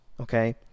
okay